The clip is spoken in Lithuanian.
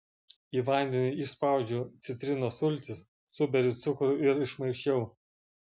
į vandenį išspaudžiu citrinos sultis suberiu cukrų ir išmaišiau